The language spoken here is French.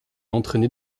entraîné